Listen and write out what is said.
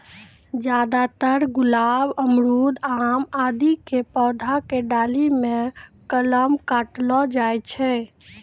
ज्यादातर गुलाब, अमरूद, आम आदि के पौधा के डाली मॅ कलम काटलो जाय छै